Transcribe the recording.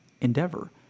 endeavor